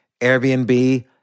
Airbnb